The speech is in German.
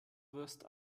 wirst